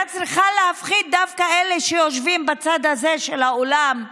היא הייתה צריכה להפחיד דווקא את אלה שיושבים בצד הזה של האולם,